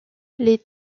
les